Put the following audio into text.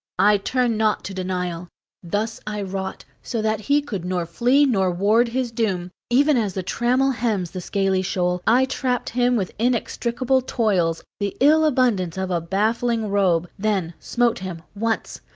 i turn not to denial thus i wrought so that he could nor flee nor ward his doom, even as the trammel hems the scaly shoal, i trapped him with inextricable toils, the ill abundance of a baffling robe then smote him, once,